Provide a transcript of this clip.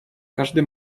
każdy